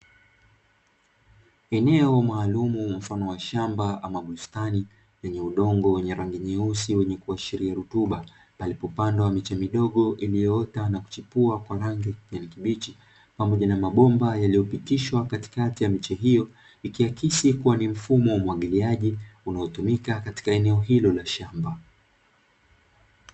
Eneo maalumu mfano wa shamba ama bustani, lenye udongo wenye rangi nyeusi wenye kuashiria rutuba, palipopandwa miche midogo iliyoota na kuchipua kwa rangi ya kijani kibichi, pamoja na mabomba yaliyopitishwa katikati ya miche hiyo, ikiakisi kuwa ni mfumo wa umwagiliaji unaotumika katika eneo hilo la shamba.